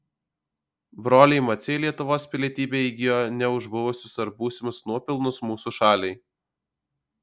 broliai maciai lietuvos pilietybę įgijo ne už buvusius ar būsimus nuopelnus mūsų šaliai